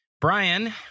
Brian